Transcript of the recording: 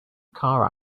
car